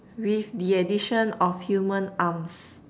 with the addition of human arms